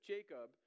Jacob